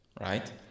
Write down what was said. right